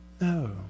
No